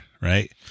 right